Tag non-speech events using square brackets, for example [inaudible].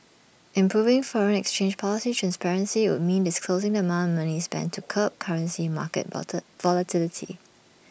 improving foreign exchange policy transparency would mean disclosing the amount money spent to curb currency market [unintelligible] volatility